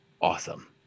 awesome